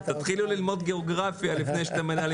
העובדים כולם נמצאים